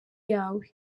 yawe